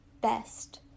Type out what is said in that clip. best